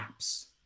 apps